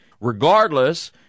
regardless